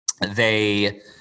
they-